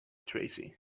tracy